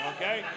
okay